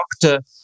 doctor